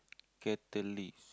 catalyst